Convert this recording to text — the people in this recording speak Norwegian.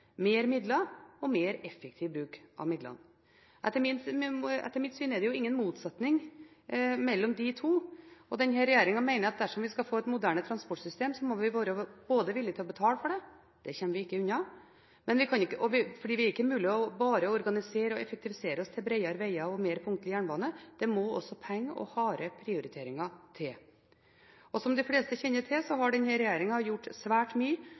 mer midler og mer effektiv bruk av midlene. Etter mitt syn er det ingen motsetning mellom de to. Denne regjeringen mener at dersom vi skal få et moderne transportsystem, må vi være villige til å betale for det. Det kommer vi ikke unna. Det er ikke mulig bare å organisere og effektivisere oss til bredere veger og en mer punktlig jernbane, det må også penger og harde prioriteringer til. Og som de fleste kjenner til, har denne regjeringen gjort svært mye